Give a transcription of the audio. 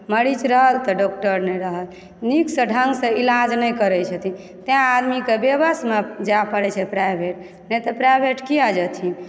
मरीज रहल तऽ डॉक्टर नहि रहल नीकसँ ढ़ंगसँ इलाज नहि करय छथिन ताहि आदमीकऽ वेवशमे जाय पड़ैत छै प्राइवेट नहि तऽ प्राइवेट किआ जेथिन